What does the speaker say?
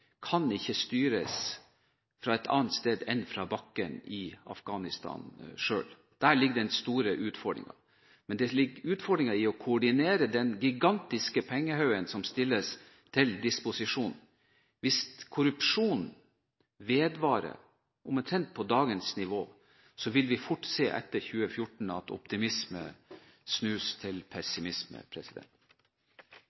kan styres fra noe annet sted enn fra Afghanistan. Der ligger den store utfordringen. Men det ligger også utfordringer i å koordinere den gigantiske pengehaugen som stilles til disposisjon. Hvis korrupsjonen vedvarer omtrent på dagens nivå, vil vi etter 2014 fort se at optimisme snus til